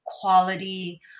quality